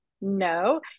no